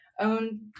own